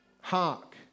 Hark